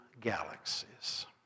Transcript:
galaxies